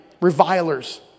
revilers